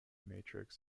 matrix